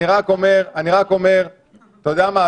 אני רק אומר אתה יודע מה?